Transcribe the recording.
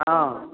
हँ